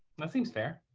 that seems fair.